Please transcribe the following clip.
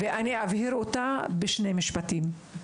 אבהיר אותה בשני משפטים.